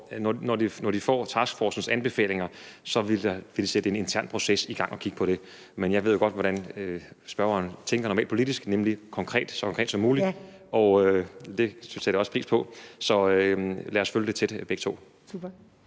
når de får taskforcens anbefalinger, vil de sætte en intern proces i gang og kigge på det. Men jeg ved jo godt, hvordan spørgeren normalt tænker politisk, nemlig så konkret som muligt (Liselott Blixt (DF): Ja!). Det sætter jeg også pris på, så lad os begge to